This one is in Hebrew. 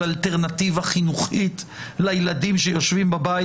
אלטרנטיבה חינוכית לילדים שיושבים בבית,